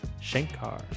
shankar